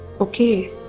Okay